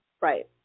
Right